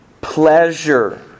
pleasure